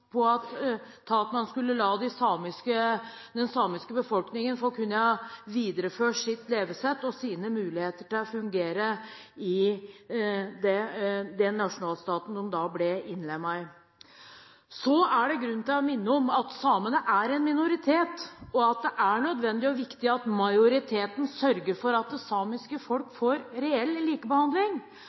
på Lappekodisillen, som er grunnlaget for den debatten vi har her i dag, da man innlemmet de samiske områdene i nasjonalstatene i Norden. Da var man også opptatt av at man skulle la den samiske befolkningen få videreføre sitt levesett og sine muligheter til å fungere i den nasjonalstaten de da ble innlemmet i. Så er det grunn til å minne om at samene er en minoritet, og at det er nødvendig og